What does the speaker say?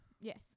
Yes